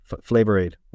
Flavor-Aid